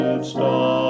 Stop